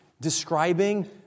describing